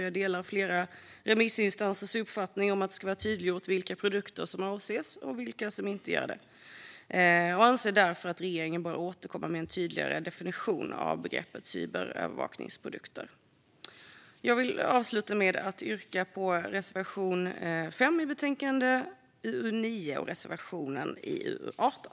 Jag delar flera remissinstansers uppfattning att det ska vara tydliggjort vilka produkter som avses och vilka som inte gör det och anser därför att regeringen bör återkomma med en tydligare definition av begreppet cyberövervakningsprodukter. Jag vill avsluta med att yrka bifall till reservation 5 i betänkande UU9 och till reservationen i UU18.